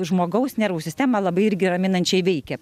žmogaus nervų sistemą labai irgi raminančiai veikia